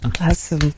Awesome